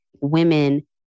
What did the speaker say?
women